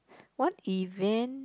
what event